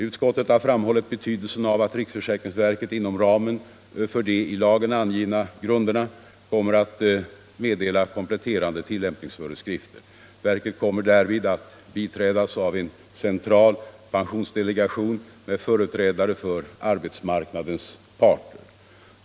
Utskottet har framhållit betydelsen av att riksförsäkringsverket inom ramen för de i lagen angivna grunderna kommer att meddela kompletterande tillämpningsföreskrifter. Verket kommer därvid att biträdas av en central pensionsdelegation med företrädare för arbetsmarknadens parter.